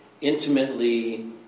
intimately